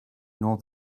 nor